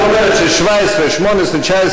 14,15 לא.